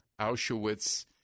Auschwitz